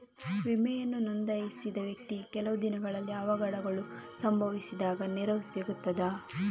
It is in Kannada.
ವಿಮೆಯನ್ನು ನೋಂದಾಯಿಸಿದ ವ್ಯಕ್ತಿಗೆ ಕೆಲವೆ ದಿನಗಳಲ್ಲಿ ಅವಘಡಗಳು ಸಂಭವಿಸಿದಾಗ ನೆರವು ಸಿಗ್ತದ?